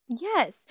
Yes